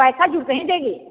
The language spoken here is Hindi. पैसा जुड़ते ही देंगी